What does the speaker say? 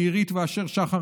לאירית ואשר שחר,